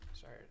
Sorry